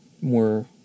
more